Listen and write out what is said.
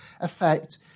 affect